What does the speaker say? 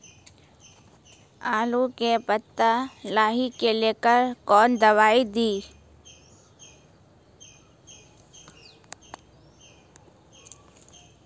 आलू के पत्ता लाही के लेकर कौन दवाई दी?